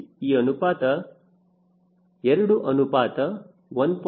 ಈ ಅನುಪಾತವು 2 ಅನುಪಾತ 1